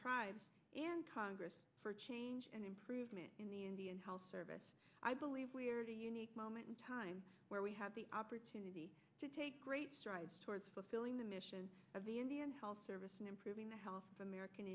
tribes in congress for change and improvement in the indian health service i believe we are a unique moment in time where we have the opportunity to take great strides towards fulfilling the mission of the indian health service and improving the health of american